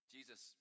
Jesus